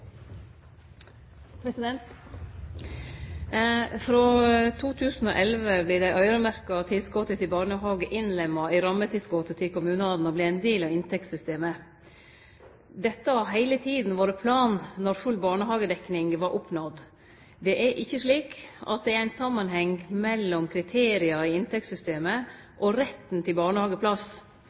Frå 2011 vert det øyremerkte tilskotet til barnehage innlemma i rammetilskotet til kommunane og vert ein del av inntektssystemet. Dette har heile tida vore planen når full barnehagedekning var oppnådd. Det er ikkje slik at det er ein samanheng mellom kriteria i inntektssystemet og retten til